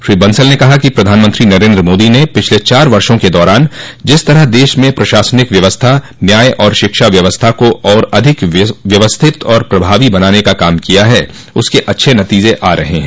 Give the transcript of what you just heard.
श्री बंसल ने कहा कि प्रधानमंत्री नरेन्द्र मोदी ने पिछले चार वर्षो के दौरान जिस तरह देश में प्रशासनिक व्यवस्था न्याय और शिक्षा व्यवस्था को और अधिक व्यवस्थित और प्रभावी बनाने का काम किया है उसके अच्छे नतीजे आ रहे हैं